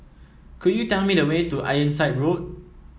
could you tell me the way to Ironside Road